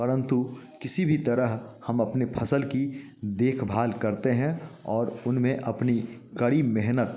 परंतु किसी भी तरह हम अपने फसल की देखभाल करते हैं और उनमें अपनी कड़ी मेहनत